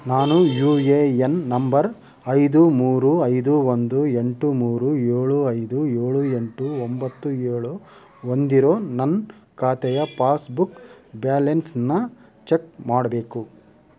ನಾನು U A N number ಐದು ಮೂರು ಐದು ಒಂದು ಎಂಟು ಮೂರು ಏಳು ಐದು ಏಳು ಎಂಟು ಒಂಬತ್ತು ಏಳು ಹೊಂದಿರೊ ನನ್ನ ಖಾತೆಯ ಪಾಸ್ಬುಕ್ ಬ್ಯಾಲೆನ್ಸನ್ನ ಚೆಕ್ ಮಾಡಬೇಕು